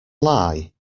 lie